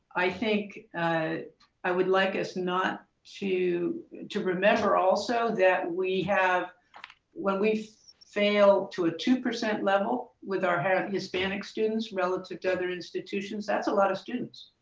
i think ah i would like us not to to remember also that we have when we fail to a two percent level with our hispanic students relative to other institutions, that's a lot of students.